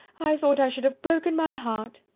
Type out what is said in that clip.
i thought i should have broken my heart.